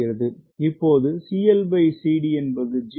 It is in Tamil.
இப்போது CLCD என்பது 0